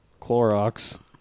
Clorox